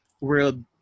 world